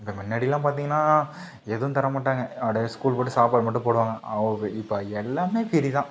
இந்த முன்னாடி எல்லாம் பார்த்தீங்கன்னா எதுவும் தர மாட்டாங்க அப்டேயே ஸ்கூல் போய்விட்டு சாப்பாடு மட்டும் போடுவாங்க இப்போ எல்லாமே ஃப்ரீ தான்